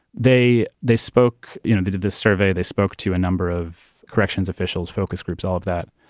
they they spoke you know, they did this survey. they spoke to a number of corrections officials, focus groups, all of that,